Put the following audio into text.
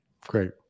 Great